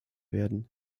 werden